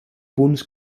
punts